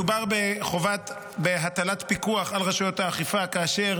מדובר בחובת הטלת פיקוח על רשויות האכיפה כאשר